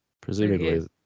presumably